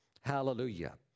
Hallelujah